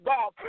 God